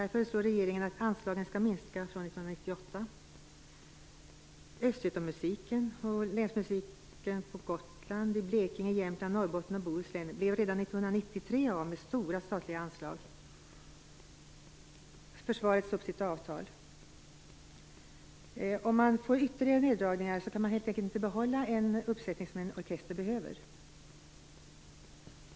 Regeringen föreslår att anslagen skall minska från 1998. 1993 av med stora statliga anslag, och försvaret sade upp sitt avtal. Om man får ytterligare neddragningar, kan man helt enkelt inte behålla en sådan uppsättning som en orkester behöver.